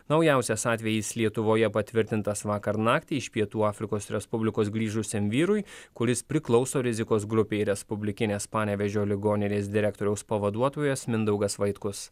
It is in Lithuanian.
naujausias atvejis lietuvoje patvirtintas vakar naktį iš pietų afrikos respublikos grįžusiam vyrui kuris priklauso rizikos grupei respublikinės panevėžio ligoninės direktoriaus pavaduotojas mindaugas vaitkus